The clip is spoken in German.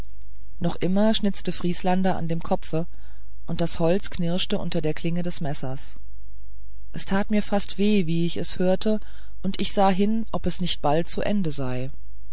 noch schnitzte vrieslander an dem kopfe und das holz knirschte unter der klinge des messers es tat mir fast weh wie ich es hörte und ich sah hin ob es denn nicht bald zu ende sei